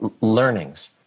learnings